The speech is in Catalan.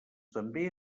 també